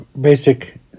basic